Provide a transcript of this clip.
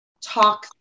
talk